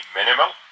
minimal